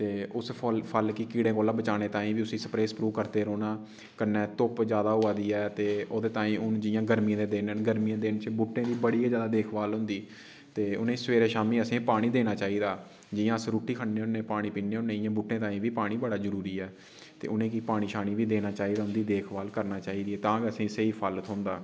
ते उस फुल्ल फल गी कीडे़ कोला बचाने ताईं बी उसी स्प्रे स्प्रू करदे रौह्ना कन्नै धुप्प ज्यादा होआ दी ऐ ते ओह्दे ताईं हून जियां गर्मियें दे दिन न गर्मी दे दिनें च बूह्टें दी बड़ी गै ज्यादे देखभाल होंदी ते उ'नेंगी सवेरे शामी असें पानी देना चाहिदा जियां अस रुट्टी खन्ने होन्ने पानी पीन्ने होन्ने इयां बूह्टे ताईं बी पानी बड़ा जरूरी ऐ ते उ'नेंगी पानी शानी बी देना चाहिदा उं'दी देखभाल करना चाहिदी तां गै असेंगी स्हेई फल थ्होंदा